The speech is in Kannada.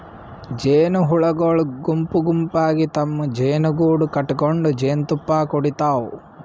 ಜೇನಹುಳಗೊಳ್ ಗುಂಪ್ ಗುಂಪಾಗಿ ತಮ್ಮ್ ಜೇನುಗೂಡು ಕಟಗೊಂಡ್ ಜೇನ್ತುಪ್ಪಾ ಕುಡಿಡ್ತಾವ್